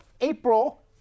April